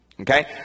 okay